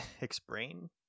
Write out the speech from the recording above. explain